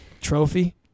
trophy